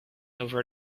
over